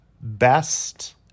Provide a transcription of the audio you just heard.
best